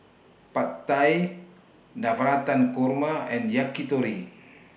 Pad Thai Navratan Korma and Yakitori